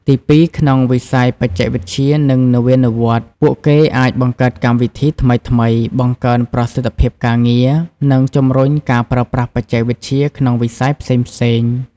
ទីពីរ ក្នុងវិស័យបច្ចេកវិទ្យា និងនវានុវត្តន៍ ពួកគេអាចបង្កើតកម្មវិធីថ្មីៗ បង្កើនប្រសិទ្ធភាពការងារ និងជំរុញការប្រើប្រាស់បច្ចេកវិទ្យាក្នុងវិស័យផ្សេងៗ។